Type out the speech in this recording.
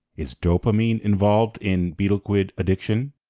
is dopamine involved in betel quid addiction?